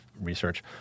research